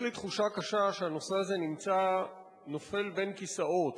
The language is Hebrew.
יש לי תחושה קשה שהנושא הזה נמצא נופל בין הכיסאות,